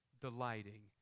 delighting